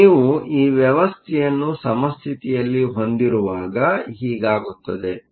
ಆದ್ದರಿಂದ ನೀವು ಈ ವ್ಯವಸ್ಥೆಯನ್ನು ಸಮಸ್ಥಿತಿಯಲ್ಲಿ ಹೊಂದಿರುವಾಗ ಹೀಗಾಗುತ್ತದೆ